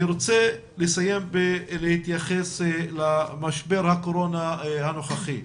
אני רוצה לסיים בהתייחסות למשבר הקורונה הנוכחי,